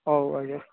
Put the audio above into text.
ହଉ ଆଜ୍ଞା